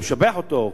אני משבח אותו,